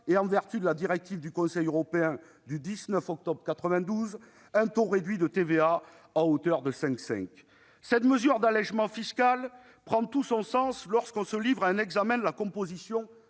et en vertu de la directive du Conseil européen du 19 octobre 1992, un taux réduit de TVA à hauteur de 5,5 %. Cette mesure d'allégement fiscal prend tout son sens lorsque l'on se livre à un examen de la composition